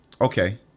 Okay